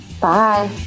Bye